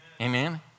Amen